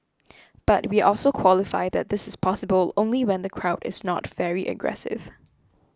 but we also qualify that this is possible only when the crowd is not very aggressive